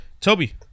Toby